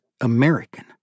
American